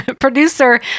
Producer